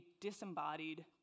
disembodied